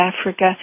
Africa